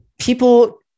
people